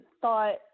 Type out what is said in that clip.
thought